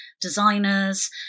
designers